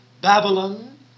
Babylon